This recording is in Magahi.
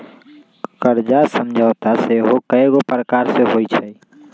कर्जा समझौता सेहो कयगो प्रकार के होइ छइ